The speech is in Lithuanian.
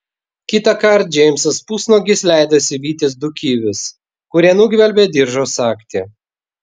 kitąkart džeimsas pusnuogis leidosi vytis du kivius kurie nugvelbė diržo sagtį